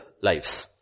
lives